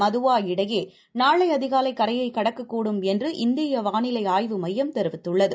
மதுவா இடையேநாளைஅதிகாலைகரையக் கடக்கக்கூடும் என்று இந்தியவானிலைஆய்வு மையம் தெரிவித்துள்ளது